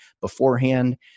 beforehand